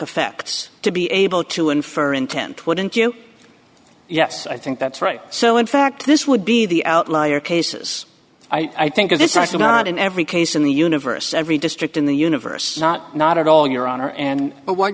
effects to be able to infer intent wouldn't you yes i think that's right so in fact this would be the outlier cases i think it's actually not in every case in the universe every district in the universe not not at all your